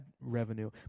revenue